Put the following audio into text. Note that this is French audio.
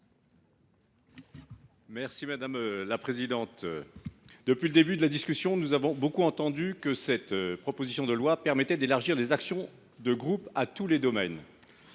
M. Daniel Salmon. Depuis le début de la discussion, nous avons beaucoup entendu dire que cette proposition de loi permettait d’élargir les actions de groupe à tous les domaines